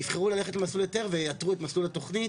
יבחרו ללכת במסלול היתר וייתרו את מסלול התוכנית